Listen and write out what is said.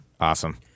Awesome